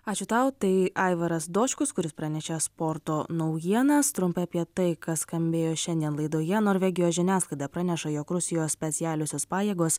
ačiū tau tai aivaras dočkus kuris pranešė sporto naujienas trumpai apie tai kas skambėjo šiandien laidoje norvegijos žiniasklaida praneša jog rusijos specialiosios pajėgos